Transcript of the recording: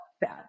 bad